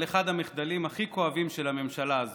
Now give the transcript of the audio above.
אחד המחדלים הכי כואבים של הממשלה הזו,